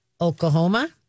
Oklahoma